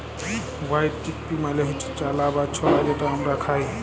white chickpea মালে হচ্যে চালা বা ছলা যেটা হামরা খাই